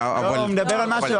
הוא מדבר על משהו אחר.